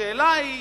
השאלה היא,